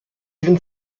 even